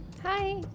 Hi